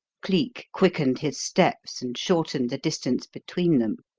cleek quickened his steps and shortened the distance between them.